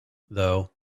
though